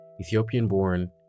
Ethiopian-born